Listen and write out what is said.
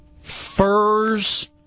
Furs